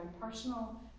personal